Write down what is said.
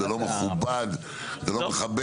זה לא מכובד, לא מכבד.